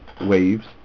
waves